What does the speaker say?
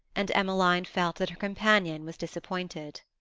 and emmeline felt that her companion was disappointed.